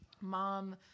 mom